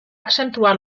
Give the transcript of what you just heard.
accentuar